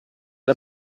era